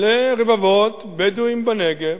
לרבבות בדואים בנגב,